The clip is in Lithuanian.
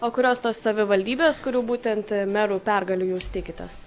o kurios tos savivaldybės kurių būtent merų pergalių jūs tikitės